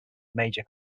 major